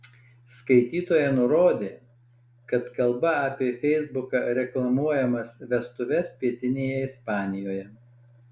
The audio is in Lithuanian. skaitytoja nurodė kad kalba apie feisbuke reklamuojamas vestuves pietinėje ispanijoje